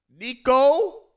Nico